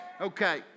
Okay